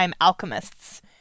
alchemists